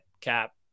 Cap